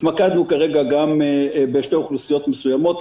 התמקדנו כרגע בשתי אוכלוסיות מסוימות,